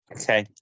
okay